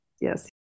Yes